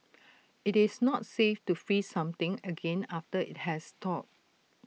IT is not safe to freeze something again after IT has thawed